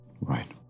Right